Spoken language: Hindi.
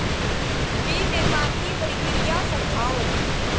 फीड निर्माण की प्रक्रिया समझाओ